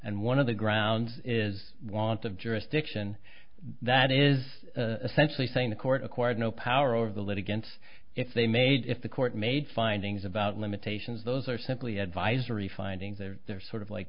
and one of the ground is want of jurisdiction that is essentially saying the court acquired no power over the litigants if they made if the court made findings about limitations those are simply advisory findings they're they're sort of like